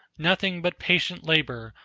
nothing but patient labor,